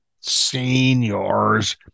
seniors